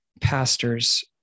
pastor's